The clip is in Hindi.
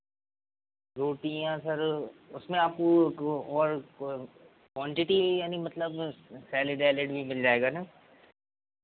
रोटियाँ सर उसमें आप वो और क्वान्टिटी यानि मतलब सैलेड वैलेड भी मिल जाएगा ना